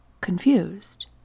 confused